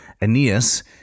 Aeneas